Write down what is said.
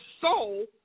soul